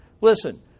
Listen